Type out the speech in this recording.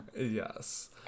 yes